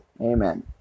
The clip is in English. Amen